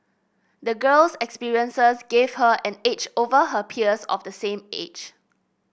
the girl's experiences gave her an edge over her peers of the same age